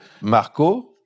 Marco